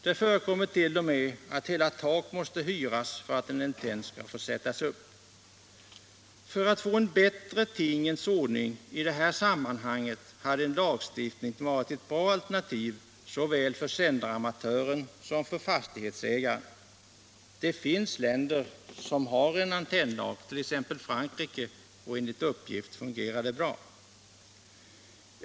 Det förekommer t.o.m. att hela taket måste hyras för att en antenn skall få sättas upp. För att få en bättre tingens ordning i det här sammanhanget hade en lagstiftning varit ett bra alternativ såväl för sändaramatören som för fastighetsägaren. Det finns länder som har en antennlag, t.ex. Frankrike, och enligt uppgift fungerar den bra.